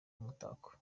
umutako